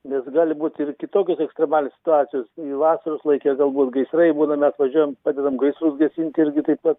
nes gali būt ir kitokios ekstremalios situacijos i vasaros laike galbūt gaisrai būna mes važiuojam padedam gaisrus gesint irgi taip pat